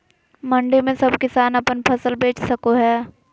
मंडी में सब किसान अपन फसल बेच सको है?